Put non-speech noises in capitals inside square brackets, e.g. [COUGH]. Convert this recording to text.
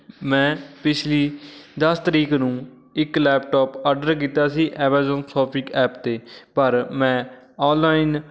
ਮੈਂ ਪਿਛਲੀ ਦਸ ਤਰੀਕ ਨੂੰ ਇੱਕ ਲੈਪਟੋਪ ਆਡਰ ਕੀਤਾ ਸੀ ਐਵਾਜੋਮ [UNINTELLIGIBLE] ਐਪ 'ਤੇ ਪਰ ਮੈਂ ਔਨਲਾਈਨ